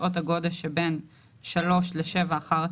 הגודל שלו?